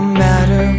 matter